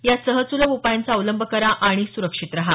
या सहज सुलभ उपायांचा अवलंब करा आणि सुरक्षित रहा